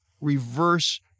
reverse